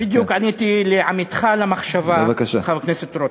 בדיוק עניתי לעמיתך למחשבה, חבר הכנסת רותם.